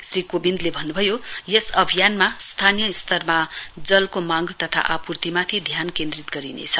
श्री कोविन्दले भन्नुभयो यस अभियानमा स्थानीय स्तरमा जलको मांग तथा आपूर्तिमाथि ध्यान केन्द्रित गरिनेछ